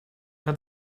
hat